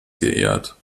geehrt